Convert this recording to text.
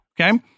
Okay